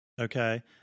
Okay